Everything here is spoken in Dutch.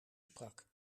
sprak